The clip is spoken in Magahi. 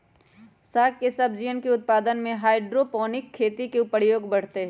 साग सब्जियन के उत्पादन में हाइड्रोपोनिक खेती के प्रयोग बढ़ते हई